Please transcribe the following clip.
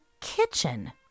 kitchen